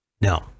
No